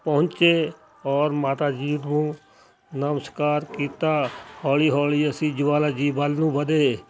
ਪਹੁੰਚੇ ਔਰ ਮਾਤਾ ਜੀ ਨੂੰ ਨਮਸਕਾਰ ਕੀਤਾ ਹੌਲੀ ਹੌਲੀ ਅਸੀਂ ਜਵਾਲਾ ਜੀ ਵੱਲ ਨੂੰ ਵਧੇ